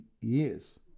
years